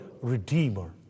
redeemer